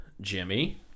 Jimmy